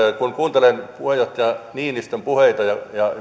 kun kuuntelen puheenjohtaja niinistön puheita ja